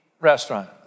restaurant